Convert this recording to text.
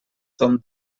tom